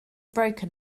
broken